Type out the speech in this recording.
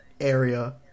area